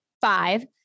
five